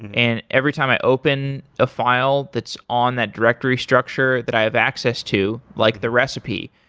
and every time i open a file that's on that directory structure that i have access to, like the recipe,